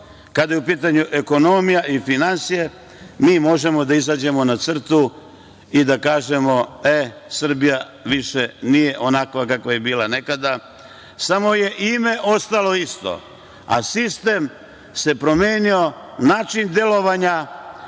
kada je u pitanju ekonomija i finansije, mi možemo da izađemo na crtu i da kažemo – e Srbija više nije onakva kakva je bila nekada. Samo je ime ostalo isto, a sistem se promenio, način delovanja